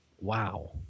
Wow